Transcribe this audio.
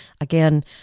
Again